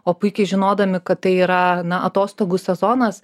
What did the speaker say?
o puikiai žinodami kad tai yra na atostogų sezonas